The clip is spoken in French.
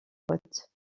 hôte